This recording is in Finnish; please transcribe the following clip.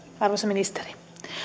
arvoisa ministeri